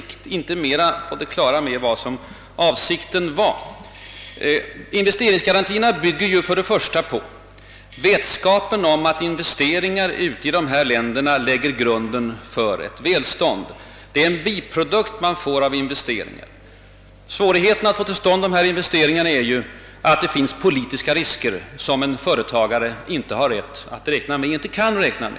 mer än tidigare på det klara med vad avsikten varit, Investeringsgarantierna .bygger ju på vetskapen om att investeringar i u-länderna kan lägga grunden för välstånd. Det är den biprodukt som man får av investeringarna. Svårigheten att få till stånd investeringarna är att det finns politiska risker, som en företagare inte kan och inte får ta.